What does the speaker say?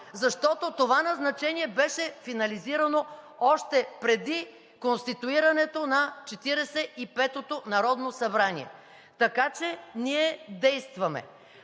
защото това назначение беше финализирано още преди конституирането на Четиридесет и петото народно събрание, така че ние действаме.